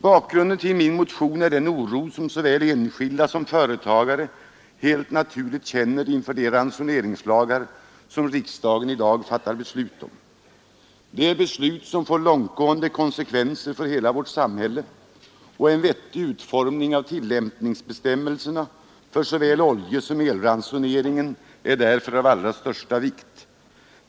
Bakgrunden till min motion är den oro som såväl enskilda som företagare helt naturligt känner inför de ransoneringslagar som riksdagen i dag fattar beslut om. Det är beslut som får långtgående konsekvenser för hela vårt samhälle, och en vettig utformning av tillämpningsbestämmelserna för såväl oljesom elransoneringen är därför av allra största vikt.